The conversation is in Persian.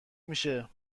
میشه